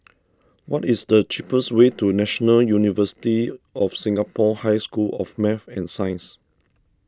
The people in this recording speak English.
what is the cheapest way to National University of Singapore High School of Math and Science